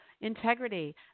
Integrity